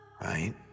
right